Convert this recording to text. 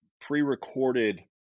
pre-recorded